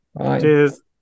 Cheers